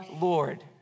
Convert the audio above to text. Lord